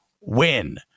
win